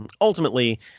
ultimately